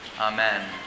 Amen